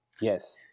Yes